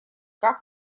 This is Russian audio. как